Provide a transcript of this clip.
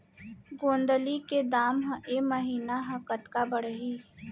गोंदली के दाम ह ऐ महीना ह कतका बढ़ही?